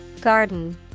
Garden